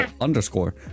underscore